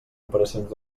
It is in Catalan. operacions